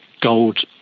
gold